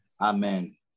Amen